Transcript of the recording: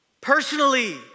personally